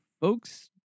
folks